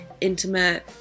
intimate